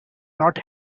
not